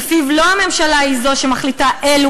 שלפיו לא הממשלה היא זו שמחליטה אילו